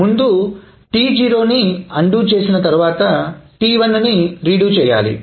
ముందు T0 ని అన్డు చేసి తరువాత T1 ని రీడు చేయాలి